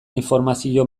informazio